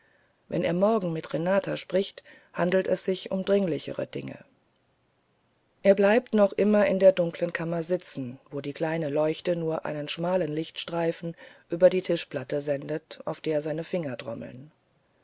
wenn er morgen mit renata spricht handelt es sich um dringlichere dinge er bleibt noch immer in der dunklen kammer sitzen wo die kleine leuchte nur einen schmalen lichtstreifen über die tischplatte sendet auf der seine finger trommeln